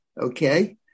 okay